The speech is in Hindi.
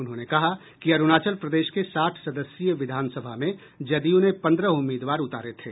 उन्होंने कहा कि अरूणाचल प्रदेश के साठ सदस्यीय विधानसभा में जदयू ने पंद्रह उम्मीदवार उतारे थे